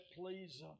please